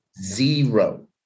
Zero